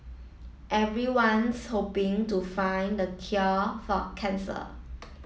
everyone's hoping to find the cure for cancer